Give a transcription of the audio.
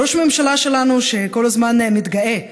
ראש הממשלה הזאת כל הזמן מתגאה בנו,